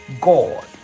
God